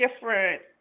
different